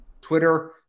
Twitter